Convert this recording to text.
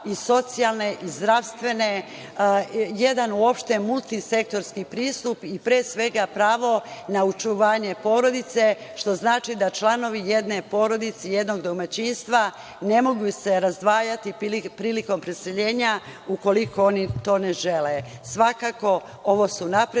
i socijalne i zdravstvene, jedan uopšte multisektorski pristup i, pre svega, pravo na očuvanje porodice, što znači da članovi jedne porodice, jednog domaćinstva ne mogu se razdvajati prilikom preseljenja ukoliko oni to ne žele. Svakako, ovo su napredni